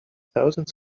thousands